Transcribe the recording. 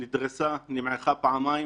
נדרסה, נמעכה פעמיים.